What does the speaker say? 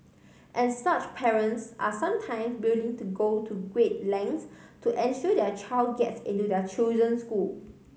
and such parents are sometimes willing to go to great lengths to ensure their child gets into their chosen school